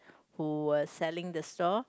who were selling the store